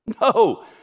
No